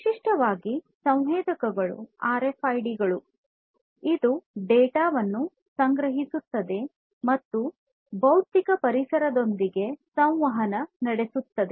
ವಿಶಿಷ್ಟವಾಗಿ ಸಂವೇದಕಗಳುಆರ್ F I D ಗಳು ಡೇಟಾ ವನ್ನು ಸಂಗ್ರಹಿಸುತ್ತದೆ ಮತ್ತು ಭೌತಿಕ ಪರಿಸರದೊಂದಿಗೆ ಸಂವಹನ ನಡೆಸುತ್ತದೆ